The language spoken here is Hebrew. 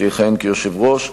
שיכהן כיושב-ראש,